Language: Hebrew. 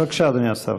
בבקשה, אדוני השר.